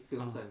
ah